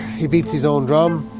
he beats his own drum.